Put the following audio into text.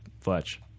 Fletch